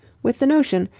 with the notion,